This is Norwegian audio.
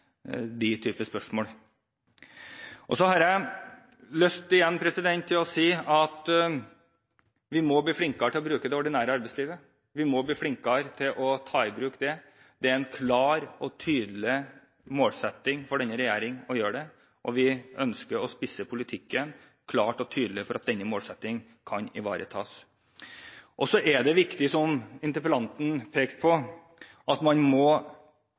spørsmål. Jeg har igjen lyst til å si at vi må bli flinkere til å ta i bruk det ordinære arbeidslivet. Det er en klar og tydelig målsetting for denne regjering å gjøre det, og vi ønsker å spisse politikken klart og tydelig for at denne målsettingen kan ivaretas. Det er også viktig, som interpellanten pekte på, at man ikke hele tiden ser på utfordringene, men vi må